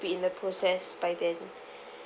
be in the process by then